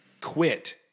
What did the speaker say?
quit